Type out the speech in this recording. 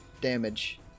damage